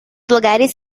lugares